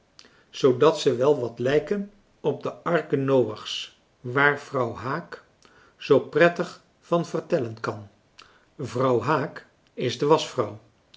zoodat ze wel wat lijken op de arke noachs waar vrouw haak zoo prettig van vertellen kan vrouw haak is de